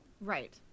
Right